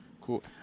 cool